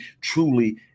truly